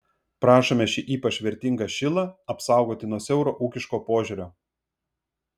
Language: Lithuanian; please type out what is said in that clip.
prašome šį ypač vertingą šilą apsaugoti nuo siauro ūkiško požiūrio